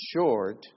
short